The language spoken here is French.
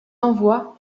envoi